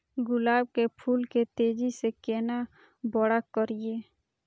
गुलाब के फूल के तेजी से केना बड़ा करिए?